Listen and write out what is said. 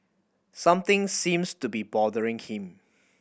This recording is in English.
something seems to be bothering him